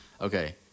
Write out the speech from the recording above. Okay